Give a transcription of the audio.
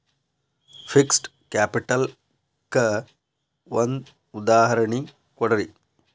fixed capital ಕ್ಕ ಒಂದ್ ಉದಾಹರ್ಣಿ ಕೊಡ್ರಿ